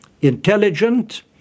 intelligent